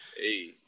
Hey